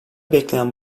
bekleyen